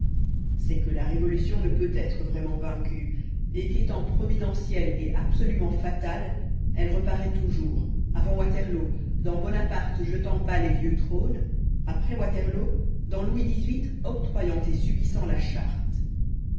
c'est que la révolution ne peut être vraiment vaincue et qu'étant providentielle et absolument fatale elle reparaît toujours avant waterloo dans bonaparte jetant bas les vieux trônes après waterloo dans louis xviii octroyant et subissant la charte